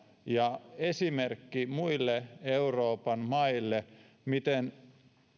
ja esimerkki muille euroopan maille siitä miten